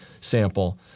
sample